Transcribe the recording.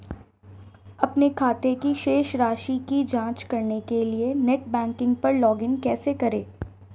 अपने खाते की शेष राशि की जांच करने के लिए नेट बैंकिंग पर लॉगइन कैसे करें?